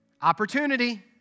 Opportunity